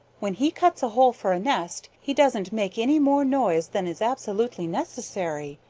when he cuts a hole for a nest he doesn't make any more noise than is absolutely necessary.